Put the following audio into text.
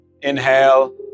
inhale